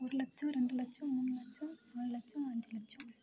ஒரு லட்சம் ரெண்டு லட்சம் மூணு லட்சம் மூணு லட்சம் அஞ்சு லட்சம்